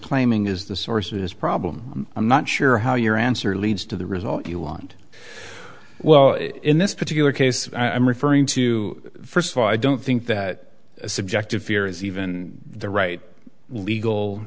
claiming is the source of this problem i'm not sure how your answer leads to the result you want well in this particular case i'm referring to first of all i don't think that subject of fear is even the right legal